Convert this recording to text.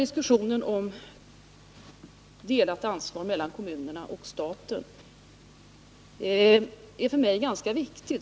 Diskussionen om delat ansvar mellan kommunerna och staten är för mig ganska viktig.